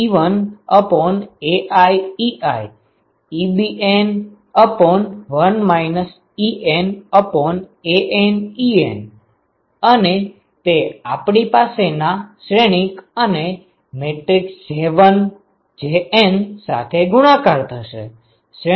તેથી તે Eb11 1Aii Ebn1 nAnn અને તે આપડી પાસે ના શ્રેણિક અને j1 jn સાથે ગુણાકાર થશે